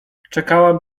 czekałam